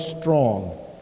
strong